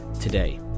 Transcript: today